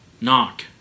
knock